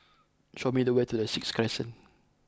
show me the way to the Sixth Crescent